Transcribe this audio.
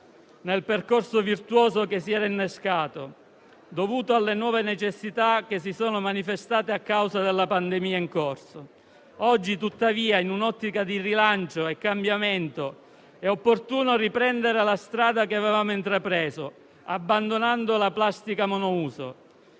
nel percorso virtuoso che si era innescato, dovuto alle nuove necessità manifestatesi a causa della pandemia in corso. Oggi, tuttavia, in un'ottica di rilancio e cambiamento, è opportuno riprendere la strada che avevamo intrapreso, abbandonando la plastica monouso